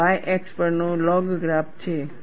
તે y અક્ષ પરનો લોગ ગ્રાફ છે